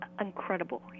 incredible